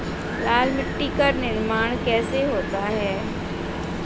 लाल मिट्टी का निर्माण कैसे होता है?